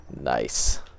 Nice